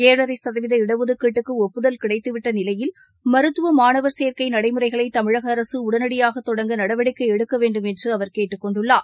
ஏழரைசதவீத இடதுக்கீட்டுக்குழப்புதல் கிடைத்துவிட்டநிலையில் மருத்துவமாணவர் சேர்க்கைநடைமுறைகளைதமிழகஅரசுஉடனடியாகதொடங்க நடவடிக்கைஎடுக்கவேண்டும் என்றுஅவர் கேட்டுக்கொண்டுள்ளார்